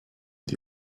die